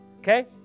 okay